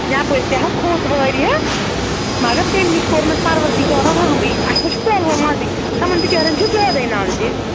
یَپٲر تہِ ہا کھوٚت واریاہ مگر تمہِ نِش کوٚرنس پَروَردِگارَن رَہمٕے اَسہِ ما چھِ کۄل وۄل نَزدیٖک تِمَن بِچارٮ۪ن چھِ زیادَے نزدیٖک